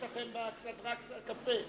יש לכם באכסדרה קפה,